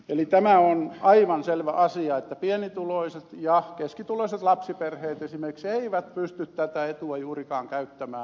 eli tämä on aivan selvä asia että pienituloiset ja keskituloiset lapsiperheet esimerkiksi eivät tietysti pysty tätä etua juurikaan käyttämään